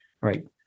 right